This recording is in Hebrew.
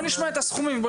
נשמע את הסכומים.